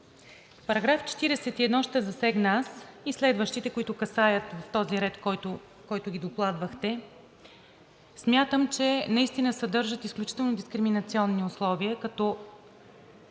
обширно. Аз ще засегна § 41 и следващите, които касаят, в този ред, в който ги докладвахте. Смятам, че наистина съдържат изключително дискриминационни условия като